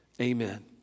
Amen